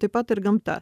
taip pat ir gamta